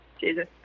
Jesus